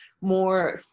more